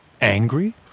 angry